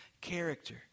character